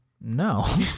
No